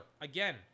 again